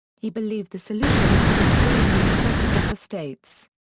he believed the solution was to restrain the excesses of the states.